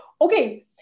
okay